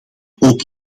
ook